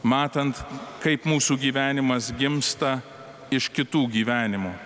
matant kaip mūsų gyvenimas gimsta iš kitų gyvenimų